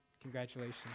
Congratulations